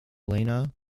elena